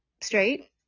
straight